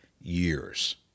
years